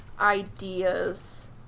ideas